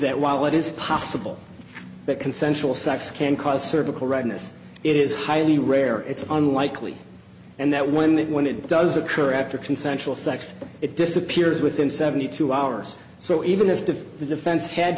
that while it is possible that consensual sex can cause cervical redness it is highly rare it's unlikely and that when it when it does occur after consensual sex it disappears within seventy two hours so even if the defense had